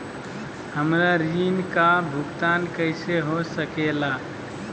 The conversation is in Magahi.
हमरा ऋण का भुगतान कैसे हो सके ला?